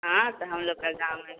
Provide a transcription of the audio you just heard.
हाँ तो हम लोग का गाँव है